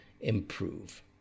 improve